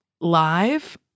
live